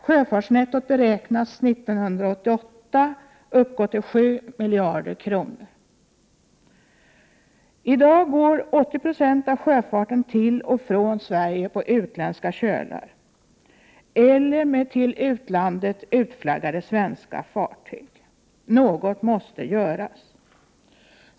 Sjöfartsnettot beräknas år 1988 uppgå till 7 miljarder kronor. I dag går 80 26 av sjöfarten till och från Sverige på utländska kölar eller med till utlandet utflaggade svenska fartyg. Något måste göras.